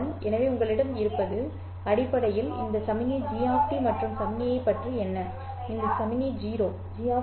எனவே உங்களிடம் இருப்பது அடிப்படையில் இந்த சமிக்ஞை g மற்றும் இந்த சமிக்ஞையைப் பற்றி என்ன இந்த சமிக்ஞை 0